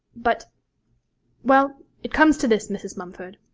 but well, it comes to this, mrs. mumford.